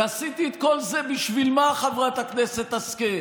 ועשיתי את כל זה, בשביל מה, חברת הכנסת השכל?